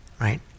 Right